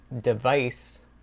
device